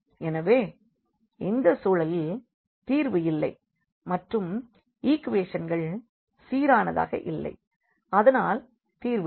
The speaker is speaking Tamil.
எனவே இந்த சூழலில் தீர்வு இல்லை மற்றும் ஈக்குவேஷன்கள் சீரானதாக இல்லை அதனால் தீர்வு இல்லை